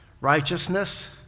righteousness